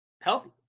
healthy